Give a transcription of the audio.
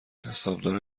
حسابدار